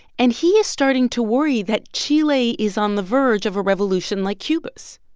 and he is starting to worry that chile is on the verge of a revolution like cuba's.